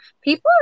People